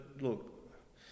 look